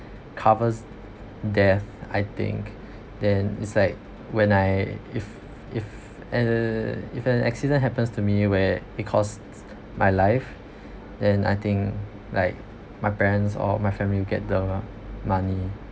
covers death I think then is like when I if if err if an accident happens to me where it costs my life then I think like my parents or my family will get the money